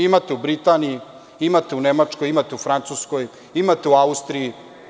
Imate u Britaniji, imate u Nemačkoj, imate u Francuskoj, imate u Austriji.